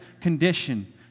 condition